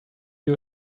you